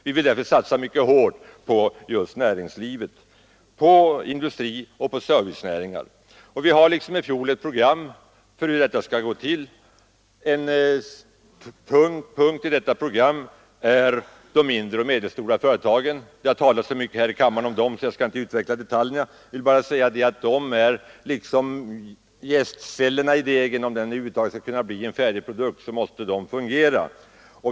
Vi vill därför satsa mycket hårt på just näringslivet — på industri och på servicenäringar i första hand. Liksom i fjol har vi ett program för hur det skall gå till. En punkt i detta program är en satsning på de mindre och medelstora företagen. Det har talats så mycket här i kammaren om dem att jag inte skall utveckla detaljerna. Jag vill bara säga att de är som jästcellerna i degen; om det över huvud taget skall bli en färdig produkt måste de fungera.